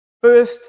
First